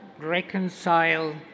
reconcile